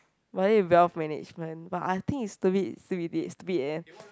but this is wealth management but I think it's stupid stupid ~pid stupid eh